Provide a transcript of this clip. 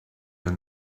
your